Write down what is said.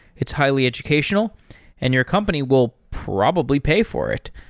it's highly educational and your company will probably pay for it,